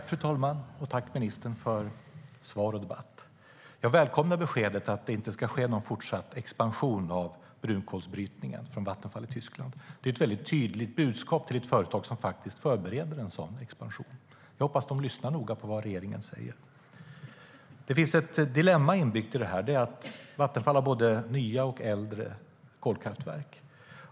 Fru talman! Tack, ministern, för svar och debatt! Jag välkomnar beskedet att det inte ska ske någon fortsatt expansion av Vattenfalls brunkolsbrytning i Tyskland. Det är ett väldigt tydligt besked till ett företag som faktiskt förbereder en sådan expansion. Jag hoppas att man lyssnar noga på vad regeringen säger. Det finns ett dilemma inbyggt här. Vattenfall har både nya och äldre kolkraftverk.